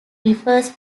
refers